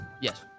Yes